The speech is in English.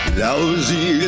lousy